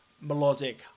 melodic